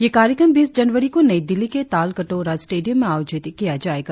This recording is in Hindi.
यह कार्यक्रम बीस जनवरी को नई दिल्ली के तालकटोरा स्टेडियम में आयोजित किया जाएगा